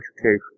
education